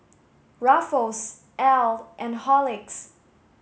Ruffles Elle and Horlicks